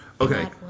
Okay